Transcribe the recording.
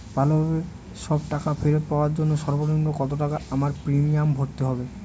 ভালোভাবে সব টাকা ফেরত পাওয়ার জন্য সর্বনিম্ন কতটাকা আমায় প্রিমিয়াম ভরতে হবে?